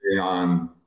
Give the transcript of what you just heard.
on